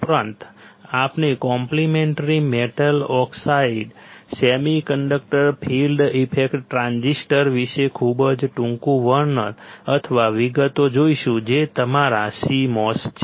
ઉપરાંત આપણે complementary metal oxide semiconductor field effect transistor વિશે ખૂબ જ ટૂંકું વર્ણન અથવા વિગતો જોઈશું જે તમારા c મોસ છે